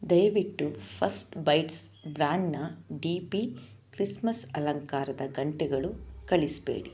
ದಯವಿಟ್ಟು first bites ಬ್ರ್ಯಾಂಡ್ನ D P Christmas ಅಲಂಕಾರದ ಗಂಟೆಗಳು ಕಳಿಸಿಬಿಡಿ